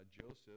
Joseph